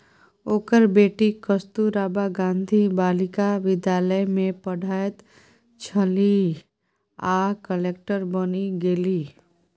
ओकर बेटी कस्तूरबा गांधी बालिका विद्यालय मे पढ़ैत छलीह आ कलेक्टर बनि गेलीह